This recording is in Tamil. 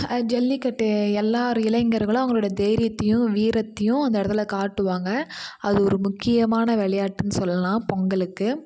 ஜல்லிக்கட்டு எல்லாரு இளைஞர்களும் அவங்களுடைய தைரியத்தையும் வீரத்தையும் அந்த இடத்துல காட்டுவாங்க அது ஒரு முக்கியமான விளையாட்டுன்னு சொல்லலாம் பொங்கலுக்கு